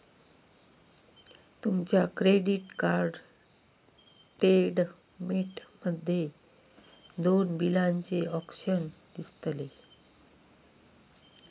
तुमच्या credit card statement मध्ये दोन बिलाचे ऑप्शन दिसतले